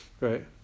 Right